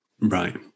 Right